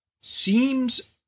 seems